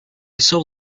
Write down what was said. saw